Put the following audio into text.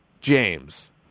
James